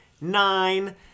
nine